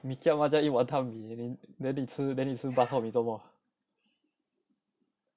mee kia might as well eat wanton mee then 你吃 then 你吃 bak chor mee 做么